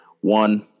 One